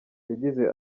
yagize